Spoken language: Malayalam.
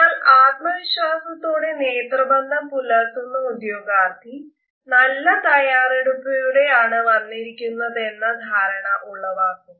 എന്നാൽ ആത്മവിശ്വാസത്തോടെ നേത്രബന്ധം പുലർത്തുന്ന ഉദ്യോഗാർത്ഥി നല്ല തയ്യാറെടുപ്പോടെയാണ് വന്നിരിക്കുന്നതെന്ന ധാരണ ഉളവാക്കും